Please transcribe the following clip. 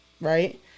right